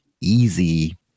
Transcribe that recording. easy